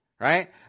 right